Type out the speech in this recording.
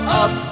up